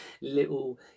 little